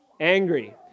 Angry